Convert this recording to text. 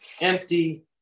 empty